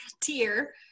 tier